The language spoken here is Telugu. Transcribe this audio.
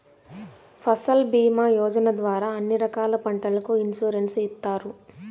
ఫసల్ భీమా యోజన ద్వారా అన్ని రకాల పంటలకు ఇన్సురెన్సు ఇత్తారు